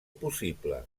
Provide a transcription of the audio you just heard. possible